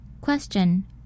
Question